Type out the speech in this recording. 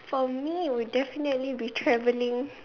for me it would definitely be travelling